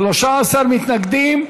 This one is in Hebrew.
13 מתנגדים.